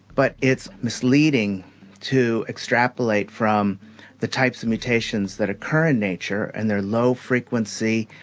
but it's misleading to extrapolate from the types of mutations that occur in nature and their low frequency,